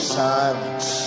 silence